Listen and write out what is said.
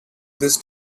this